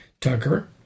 Tucker